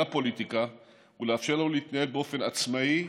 הפוליטיקה ולאפשר לו להתנהג באופן עצמאי,